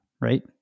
Right